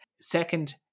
second